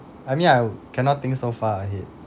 I mean I cannot think so far ahead